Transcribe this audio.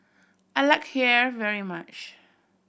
I like Kheer very much